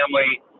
family